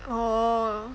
oh